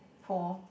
for